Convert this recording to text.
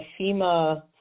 FEMA